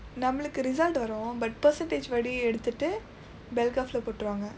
நம்மளுக்கு:nammalukku result வரும்:varum but percentage படி எடுத்துட்டு:padi eduthutdu bell curve-lae போட்டுருவாங்க:pootduruvaangka